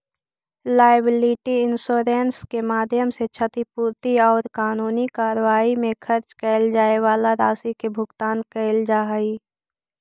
liability insurance के माध्यम से क्षतिपूर्ति औउर कानूनी कार्रवाई में खर्च कैइल जाए वाला राशि के भुगतान कैइल जा हई